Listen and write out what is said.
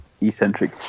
eccentric